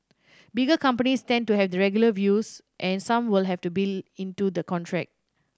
bigger companies tend to have regular views and some will have to into the contract